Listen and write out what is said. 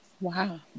Wow